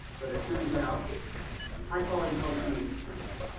but it turns out high quality publishing is expensive.